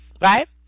Right